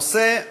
הנושא: